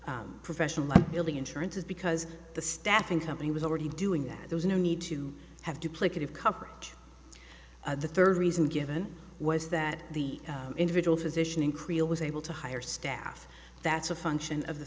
maintain professional liability insurance because the staffing company was already doing that there was no need to have duplicated coverage the third reason given was that the individual physician in korea was able to hire staff that's a function of the